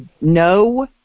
no